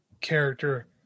character